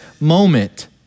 moment